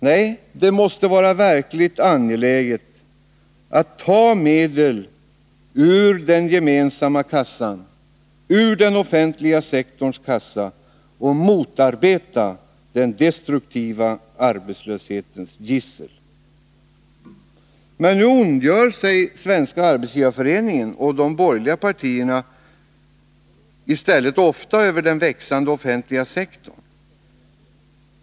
Nej, det måste vara verkligt angeläget att ta medel ur den gemensamma kassan, ur den offentliga sektorns kassa, och motarbeta den destruktiva arbetslöshetens gissel. Nu ondgör sig Svenska arbetsgivareföreningen och de borgerliga partierna i stället ofta över den växande offentliga sektorn.